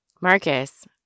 Marcus